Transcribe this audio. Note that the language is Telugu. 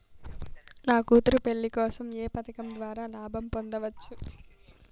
నా కూతురు పెళ్లి కోసం ఏ పథకం ద్వారా లాభం పొందవచ్చు?